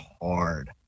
hard